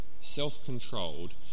self-controlled